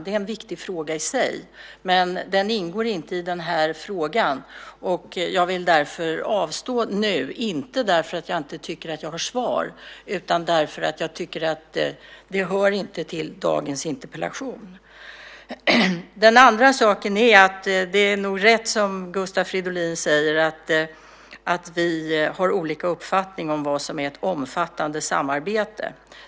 Det är en viktig fråga i sig, men den ingår inte i den här frågan, och jag vill därför avstå från den nu, inte därför att jag inte tycker att jag har svar utan därför att jag tycker att det inte hör till dagens interpellation. Det är nog rätt, som Gustav Fridolin säger, att vi har olika uppfattning om vad som är ett omfattande samarbete.